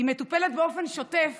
היא מטופלת באופן שוטף